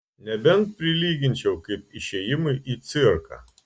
nebent prilyginčiau kaip išėjimui į cirką